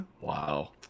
Wow